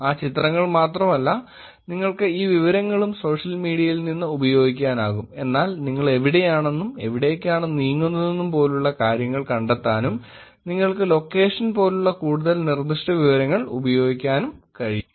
ആ ചിത്രങ്ങൾ മാത്രമല്ല നിങ്ങൾക്ക് ഈ വിവരങ്ങളും സോഷ്യൽ മീഡിയയിൽ നിന്ന് ഉപയോഗിക്കാനാകും എന്നാൽ നിങ്ങൾ എവിടെയാണെന്നും എവിടേക്കാണ് നീങ്ങുന്നതെന്നും പോലുള്ള കാര്യങ്ങൾ കണ്ടെത്താനും നിങ്ങൾക്ക് ലൊക്കേഷൻ പോലുള്ള കൂടുതൽ നിർദ്ദിഷ്ട വിവരങ്ങൾ ഉപയോഗിക്കാൻ കഴിയും